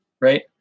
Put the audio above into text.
right